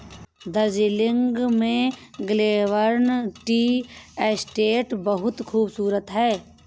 दार्जिलिंग में Glenburn tea estate बहुत खूबसूरत है